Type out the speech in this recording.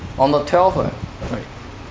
on the twelfth eh right